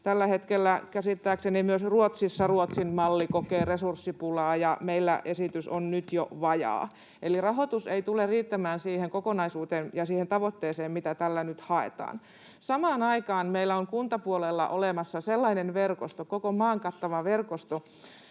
Tällä hetkellä käsittääkseni myös Ruotsissa Ruotsin malli kokee resurssipulaa, ja meillä esitys on nyt jo vajaa, eli rahoitus ei tule riittämään siihen kokonaisuuteen ja siihen tavoitteeseen, mitä tällä nyt haetaan. Samaan aikaan meillä on kuntapuolella olemassa sellainen verkosto, koko maan kattava verkosto,